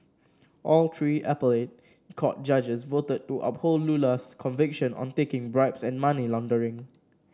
all three appellate court judges voted to uphold Lula's conviction on taking bribes and money laundering